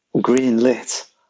green-lit